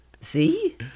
see